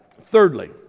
Thirdly